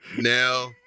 Now